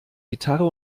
gitarre